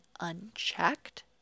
unchecked